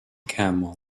camels